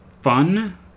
fun